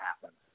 happen